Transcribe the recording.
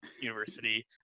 university